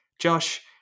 Josh